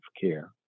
care